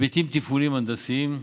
היבטים תפעוליים-הנדסיים,